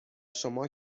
شما